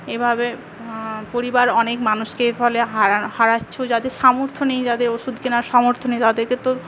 এভাবে পরিবার অনেক মানুষকে এর ফলে হারা হারাচ্ছে যাদের সামর্থ্য নেই যাদের ওষুধ কেনার সামর্থ্য নেই তাদেরকে তো